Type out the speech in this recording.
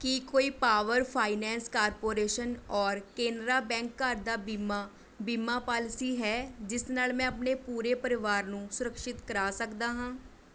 ਕੀ ਕੋਈ power finance corporation ਔਰ Canara bank ਘਰ ਦਾ ਬੀਮਾ ਬੀਮਾ ਪਾਲਿਸੀ ਹੈ ਜਿਸ ਨਾਲ਼ ਮੈਂ ਆਪਣੇ ਪੂਰੇ ਪਰਿਵਾਰ ਨੂੰ ਸੁਰੱਕਸ਼ਿਤ ਕਰਾ ਸਕਦਾ ਹਾਂ